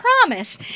promise